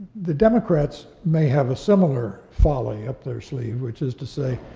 the democrats may have a similar folly up their sleeve, which is to say,